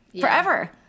Forever